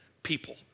people